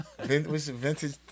Vintage